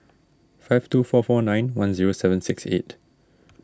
five two four four nine one zero seven six eight